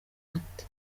amata